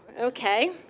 okay